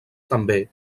també